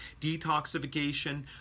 detoxification